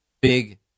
big